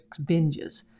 binges